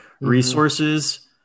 resources